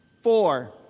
Four